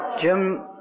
Jim